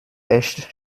echt